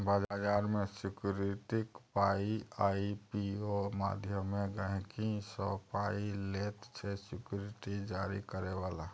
बजार मे सिक्युरिटीक पाइ आइ.पी.ओ माध्यमे गहिंकी सँ पाइ लैत छै सिक्युरिटी जारी करय बला